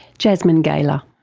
jasmine gailer.